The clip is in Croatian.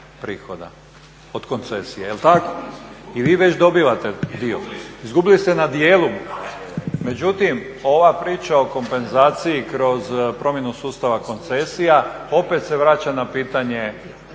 prihoda od koncesije, je li tako? I vi već dobivate dio. … /Upadica se ne razumije./ … Izgubili ste na dijelu. Međutim, ova priča o kompenzaciji kroz promjenu sustava koncesija, opet se vraća na pitanje